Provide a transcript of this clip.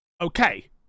okay